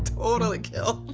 totally killed.